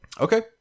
Okay